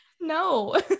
No